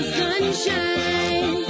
sunshine